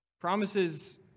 Promises